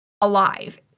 alive